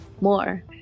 more